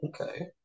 Okay